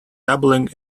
doubling